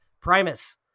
Primus